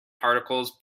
particles